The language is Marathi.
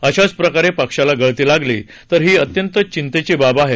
अशाच प्रकारे पक्षाला गळती लागली तर ही अत्यंत चिंतेची बाब आहे